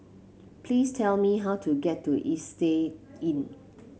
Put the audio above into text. please tell me how to get to Istay Inn